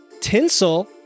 Tinsel